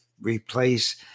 replace